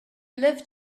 lived